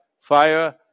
fire